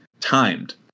timed